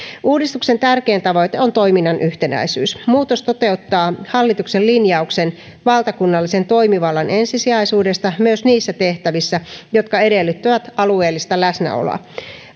uudistuksen tärkein tavoite on toiminnan yhtenäisyys muutos toteuttaa hallituksen linjauksen valtakunnallisen toimivallan ensisijaisuudesta myös niissä tehtävissä jotka edellyttävät alueellista läsnäoloa